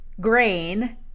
grain